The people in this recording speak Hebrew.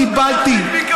קיבלתי,